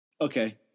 okay